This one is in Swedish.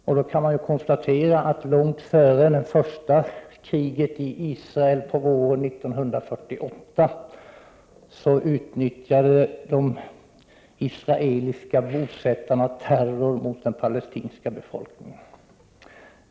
Man kan konstatera att långt före det första kriget i Israel på våren 1948 utövade de israeliska bosättarna terror mot den palestinska befolkningen.